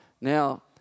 Now